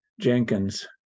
Jenkins